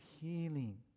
healing